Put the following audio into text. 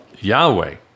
Yahweh